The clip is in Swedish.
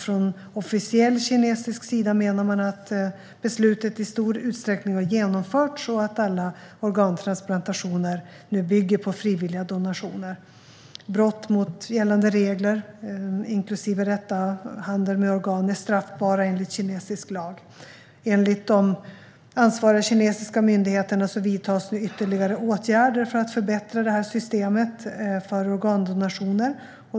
Från officiell kinesisk sida menar man att beslutet i stor utsträckning har genomförts och att alla organtransplantationer nu bygger på frivilliga donationer. Brott mot gällande regler - inklusive handel med organ - är straffbara, enligt kinesisk lag. Enligt de ansvariga kinesiska myndigheterna vidtas nu ytterligare åtgärder för att förbättra systemet för organdonationer.